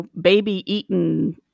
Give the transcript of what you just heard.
baby-eaten